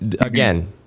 Again